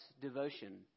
devotion